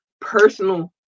personal